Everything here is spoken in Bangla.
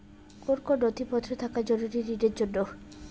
কোন কোন নথিপত্র থাকা জরুরি ঋণের জন্য?